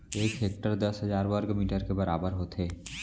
एक हेक्टर दस हजार वर्ग मीटर के बराबर होथे